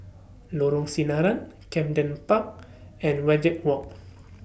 Lorong Sinaran Camden Park and Wajek Walk